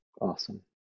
Awesome